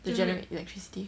to general electricity